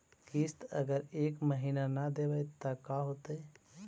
किस्त अगर एक महीना न देबै त का होतै?